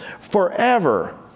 forever